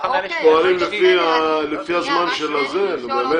אנחנו פועלים לפי הזמן של --- למה,